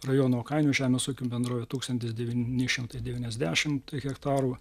rajono kainių žemės ūkio bendrovė tūkstantį devynis šimtus devyniasdešimt hektarų